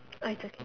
I just